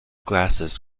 glasses